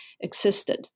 existed